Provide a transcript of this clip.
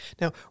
Now